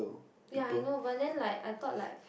ya I know but then like I thought like